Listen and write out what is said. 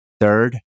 Third